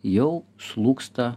jau slūgsta